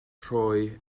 rhoi